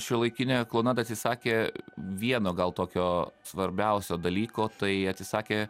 šiuolaikinė klounada atsisakė vieno gal tokio svarbiausio dalyko tai atsisakė